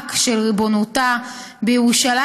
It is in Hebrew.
המובהק של ריבונותה בירושלים,